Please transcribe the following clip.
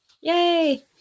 Yay